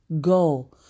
go